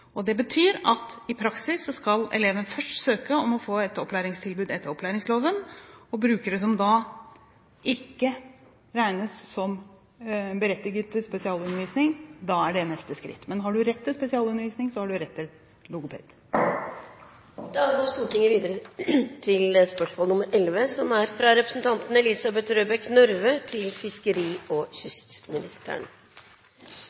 Det betyr at i praksis skal elevene først søke om å få et opplæringstilbud etter opplæringsloven. For brukere som ikke regnes som berettiget til spesialundervisning, er dette neste skritt. Men har du rett til spesialundervisning, har du rett til logoped. «En ny kvalitetssikringsrapport slår nå fast at netto nytteverdi av Stad skipstunnel er større enn det Kystverket kom fram til